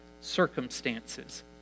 circumstances